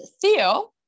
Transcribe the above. Theo